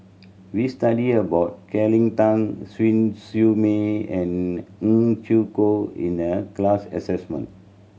we studied about Cleo Thang Siew May and Neo Chwee Kok in the class assignment